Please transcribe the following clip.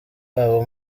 wabo